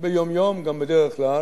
ביום-יום גם, בדרך כלל,